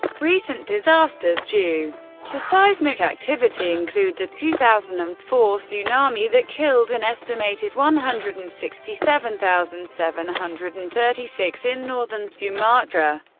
recent disasters due to seismic activity include the two thousand and four tsunami that killed an estimated one hundred and sixty seven thousand seven hundred and thirty six in northern sumatra,